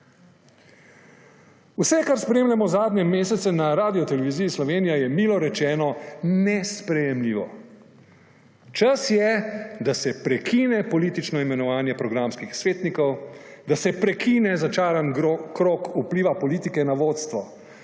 Vse, kar spremljamo zadnje mesece na Radioteleviziji Slovenija, je milo rečeno nesprejemljivo. Čas je, da se prekine politično imenovanje programskih svetnikov, da se prekine začaran krog vpliva politike na vodstvo.